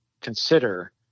consider